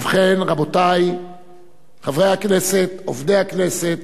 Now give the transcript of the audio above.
ובכן, רבותי חברי הכנסת, עובדי הכנסת,